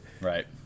right